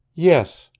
yes,